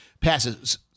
passes